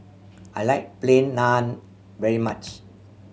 I like Plain Naan very much